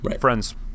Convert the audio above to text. friends